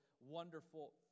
wonderful